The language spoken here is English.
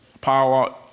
power